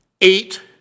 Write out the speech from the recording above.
eight